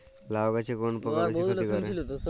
লাউ গাছে কোন পোকা বেশি ক্ষতি করে?